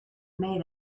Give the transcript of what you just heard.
made